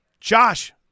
Josh